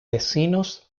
vecinos